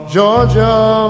Georgia